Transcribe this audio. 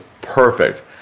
perfect